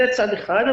זה צד אחד.